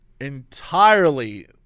entirely